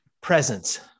presence